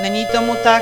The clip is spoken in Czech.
Není tomu tak.